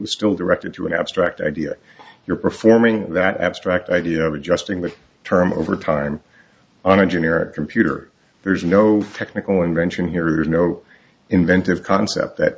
was still directed to an abstract idea you're performing that abstract idea of adjusting the term over time on a generic computer there's no technical invention here is no inventive concept that